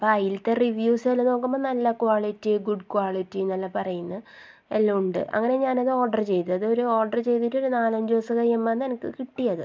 അപ്പം അതിലത്തെ റിവ്യൂസ് എല്ലാം നോക്കുമ്പോൾ നല്ല ക്വാളിറ്റി ഗുഡ് ക്വാളിറ്റി എന്നെല്ലാം പറയുന്നു എല്ലാം ഉണ്ട് അങ്ങനെ ഞാനത് ഓർഡർ ചെയ്തു അത് ഒരു ഓർഡർ ചെയ്തിട്ടൊരു നാലഞ്ച് ദിവസം കഴിയുമ്പോഴാണ് എനിക്ക് കിട്ടിയത്